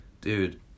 dude